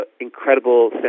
incredible